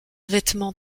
vêtement